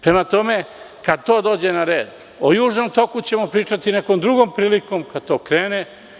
Prema tome, kada to dođe na red, o Južnom toku ćemo pričati nekom drugom prilikom, kada to krene.